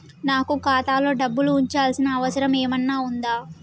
నాకు ఖాతాలో డబ్బులు ఉంచాల్సిన అవసరం ఏమన్నా ఉందా?